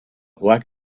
black